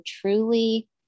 truly